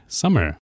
summer